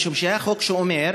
משום שהיה חוק שאומר: